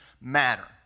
matter